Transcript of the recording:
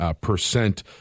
percent